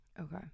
Okay